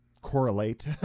correlate